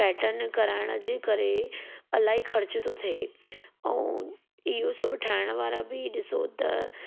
pattern कराइण जे करे अलाई ख़र्च थो थिए ऐं इहो सभु ठाहिण वारा बि ॾिसो त